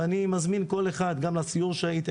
ואני מזמין כל אחד גם לסיור שהיית.